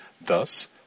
Thus